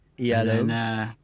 Yellow